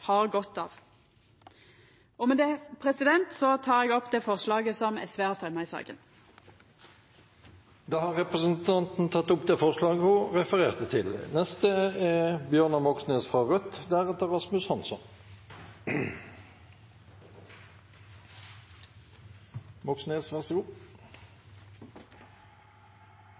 har godt av. Med det tek eg opp det forslaget som SV har fremja i saka. Femte visepresident Ingrid Fiskaa har tatt opp det forslaget hun refererte til. Det er